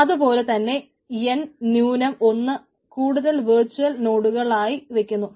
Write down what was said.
അതു പോലെ തന്നെ എൻ ന്യൂനം ഒന്ന് കൂടുതൽ വെർച്ചൽ നോടുകളായി വയ്ക്കുന്നു